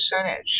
percentage